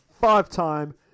five-time